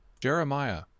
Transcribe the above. Jeremiah